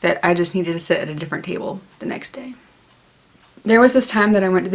that i just need to sit at a different table the next day there was this time that i went to